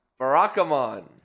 Barakamon